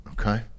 okay